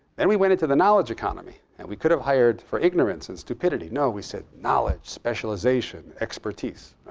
then we went into the knowledge economy. and we could have hired for ignorance and stupidity. no, we said knowledge, specialization, expertise.